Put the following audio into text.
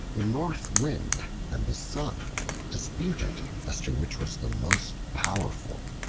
the north wind and the sun disputed as to which was the most powerful,